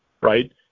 right